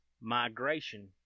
migration